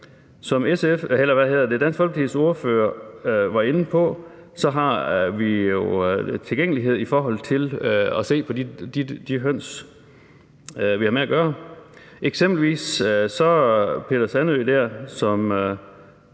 den her diskussion. For som Dansk Folkepartis ordfører var inde på, har vi jo tilgængelighed i forhold til at se på de høns, vi har med at gøre. Eksempelvis sagde Peter Sandøe, som